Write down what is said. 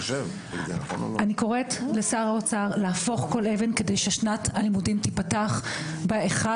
אני קוראת לשר האוצר להפוך כל אבן כדי ששנת הלימודים תיפתח ב-1